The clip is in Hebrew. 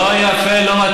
לא יפה, לא יפה.